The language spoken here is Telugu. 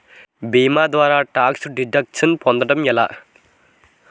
భీమా ద్వారా టాక్స్ డిడక్షన్ పొందటం ఎలా?